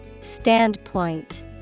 Standpoint